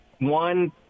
one